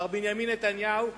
מר בנימין נתניהו,